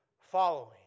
following